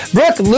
Brooke